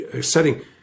setting